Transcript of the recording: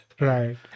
Right